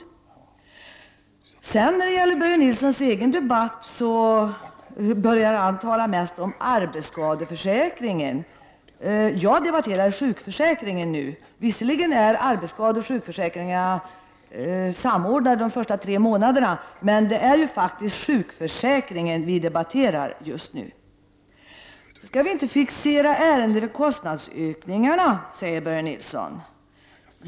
I Börje Nilssons egen debatt talar han mest om arbetsskadeförsäkringen. Jag debatterar sjukförsäkringen nu. Visserligen är arbetsskadeförsäkringen och sjukförsäkringen samordnade de första tre månaderna, men det är faktiskt sjukförsäkringen vi debatterar just nu. Vi skall inte fixera ärendet vid kostnadsökningar, säger Börje Nilsson.